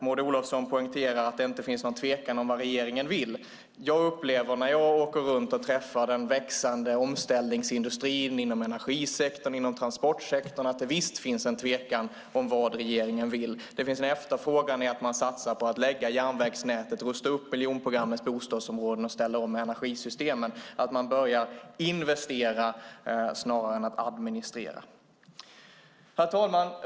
Maud Olofsson poängterar att det inte är någon tvekan om vad regeringen vill. Jag upplever när jag åker runt och träffar företrädare för den växande omställningsindustrin inom energisektorn och transportsektorn att det visst finns en tvekan om vad regeringen vill. Det finns en efterfrågan i att man satsar på att lägga om järnvägsnätet, rusta upp miljonprogrammens bostadsområden och ställa om energisystemen. Det handlar om att man börjar investera snarare än att administrera. Herr talman!